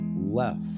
left